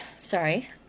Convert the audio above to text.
sorry